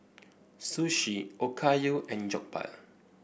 Sushi Okayu and Jokbal